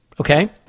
Okay